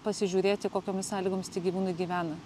pasižiūrėti kokiomis sąlygomis tie gyvūnai gyvena